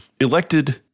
elected